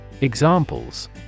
Examples